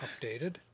updated